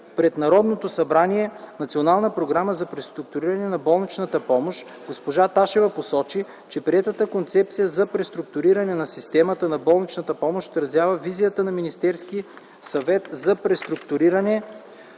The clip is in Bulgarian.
пред Народното събрание Национална програма за преструктуриране на болничната помощ, госпожа Ташева посочи, че приетата концепция за преструктуриране на системата на болничната помощ отразява визията на Министерския съвет за преструктуриране